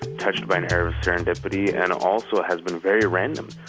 touched by an air of serendipity and also has been very random,